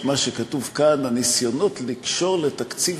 את מה שכתוב כאן: "הניסיונות לקשור לתקציב